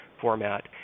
format